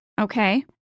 Okay